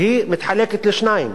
והיא מתחלקת לשני חלקים: